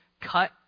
cut